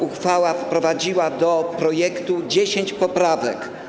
Uchwała wprowadziła do projektu 10 poprawek.